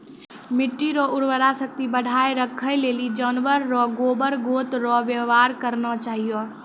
मिट्टी रो उर्वरा शक्ति बढ़ाएं राखै लेली जानवर रो गोबर गोत रो वेवहार करना चाहियो